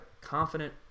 confident